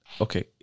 Okay